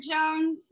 Jones